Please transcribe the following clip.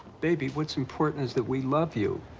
baby, what's important is that we love you.